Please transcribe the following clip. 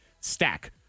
stack